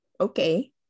okay